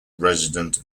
resident